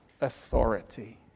Authority